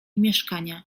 mieszkania